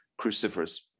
cruciferous